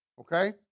Okay